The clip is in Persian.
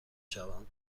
شوم